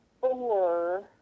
four